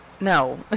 no